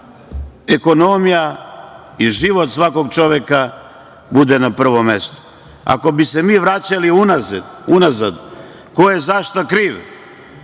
ekonomija i život svakog čoveka bude na prvom mestu. Ako bi se mi vraćali unazad ko je za šta kriv,